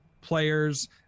players